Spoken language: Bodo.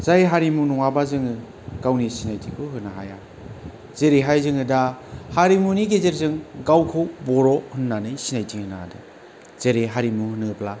जाय हारिमु नङाबा जोङो गावनि सिनायथिखौ होनो हाया जेरैहाय जोङो दा हारिमुनि गेजेरजों गावखौ बर' होन्नानै सिनायथि होनो हादों जेरै हारिमु होनोब्ला